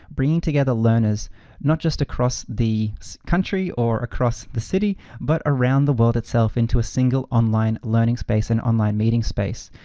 bringing together learners not just across the country or across the city, but around the world itself into a single, online learning space and online meeting space.